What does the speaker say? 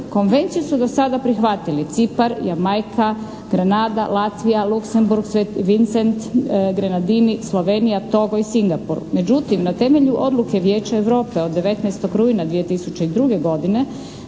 Konvenciju su do sada prihvatili: Cipar, Jamajka, Granada, Latvija, Luksemburg, St. Vincent, Grenandini, Slovenija, Togo i Singapur. Međutim na temelju odluke Vijeća Europe od 19. rujna 2002. godine